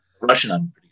Russian